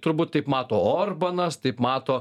turbūt taip mato orbanas taip mato